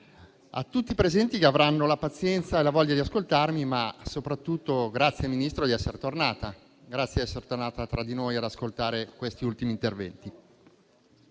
tutti i presenti che avranno la pazienza e la voglia di ascoltarmi, ma soprattutto ringrazio la Ministra di essere tornata; grazie di essere tornata da noi ad ascoltare questi ultimi interventi.